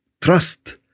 trust